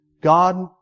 God